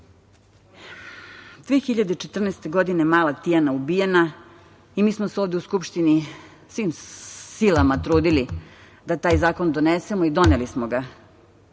2014. godine mala Tijana je ubijena i mi smo se ovde u Skupštini svim silama trudili da taj zakon donesemo i doneli smo ga